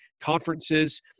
conferences